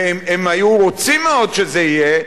והם היו רוצים מאוד שזה יהיה,